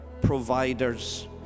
providers